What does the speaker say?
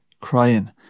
crying